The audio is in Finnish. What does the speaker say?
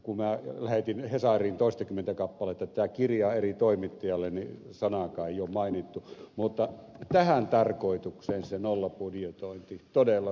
kun minä lähetin hesariin toistakymmentä kappaletta tätä kirjaa eri toimittajille niin sanaakaan ei mainittu mutta tähän tarkoitukseen se nollabudjetointi todella sopisi